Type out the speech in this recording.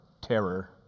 terror